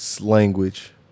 language